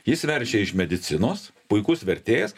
jis verčia iš medicinos puikus vertėjas